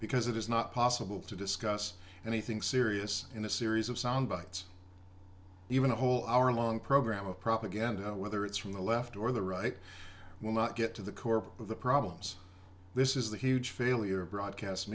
because it is not possible to discuss anything serious in a series of soundbites even a whole hour long program of propaganda whether it's from the left or the right will not get to the core of the problems this is the huge failure of broadcast